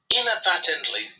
inadvertently